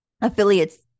affiliates